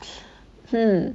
hmm